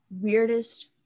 weirdest